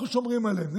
שומרת בחורה ישראלית,